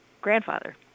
grandfather